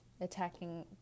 attacking